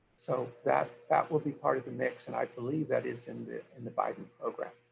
so that that will be part of the mix and i believe that is in the in the biden program.